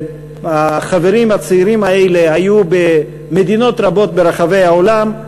החברים הצעירים האלה היו במדינות רבות ברחבי העולם,